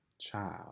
child